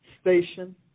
station